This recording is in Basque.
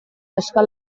neska